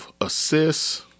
assists